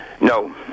No